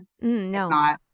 No